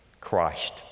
Christ